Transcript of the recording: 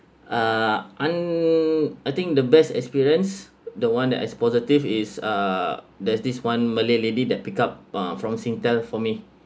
uh and I think the best experience the one that's uh positive is uh there's this one malay lady that pick up uh from singtel for me